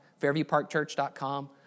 fairviewparkchurch.com